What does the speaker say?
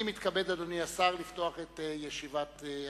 אני מתכבד, אדוני השר, לפתוח את ישיבת הכנסת.